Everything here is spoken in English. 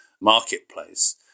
marketplace